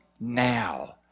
now